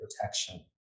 protection